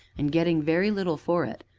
and getting very little for it.